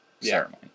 ceremony